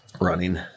running